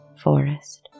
forest